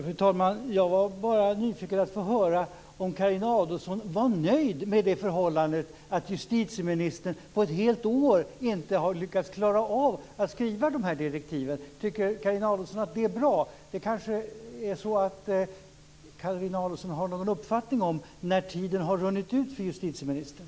Fru talman! Jag var bara nyfiken att få höra om Carina Adolfsson är nöjd med förhållandet att justitieministern på ett helt år inte har lyckats klara av att skriva dessa direktiv. Tycker Carin Adolfsson att det är bra? Carina Adolfsson kanske har någon uppfattning om när tiden har runnit ut för justitieministern.